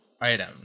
item